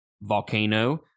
Volcano